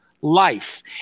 life